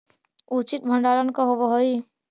उचित भंडारण का होव हइ?